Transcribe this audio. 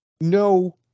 no